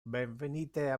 benvenite